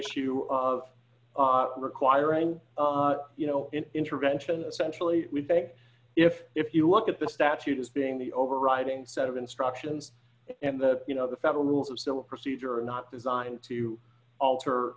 issue of requiring you know intervention essentially we think if if you look at the statute as being the overriding set of instructions and that you know the federal rules of civil procedure are not designed to alter